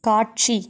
காட்சி